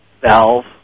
Valve